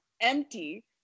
empty